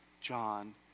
John